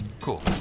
cool